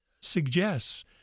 suggests